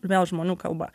vėl žmonių kalba